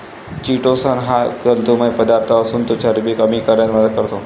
chitosan हा तंतुमय पदार्थ असून तो चरबी कमी करण्यास मदत करतो